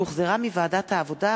שהחזירה ועדת העבודה,